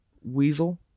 Weasel